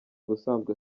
ubusanzwe